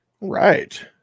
right